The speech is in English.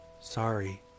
Sorry